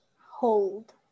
hold